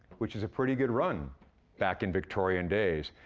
which is a pretty good run back in victorian days.